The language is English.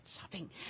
shopping